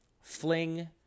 Fling